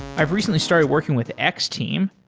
i've recently started working with x-team.